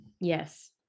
Yes